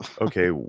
okay